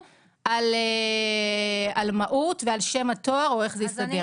אתכם על מהות ועל שם התואר או איך זה ייסגר.